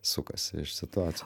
sukasi iš situaci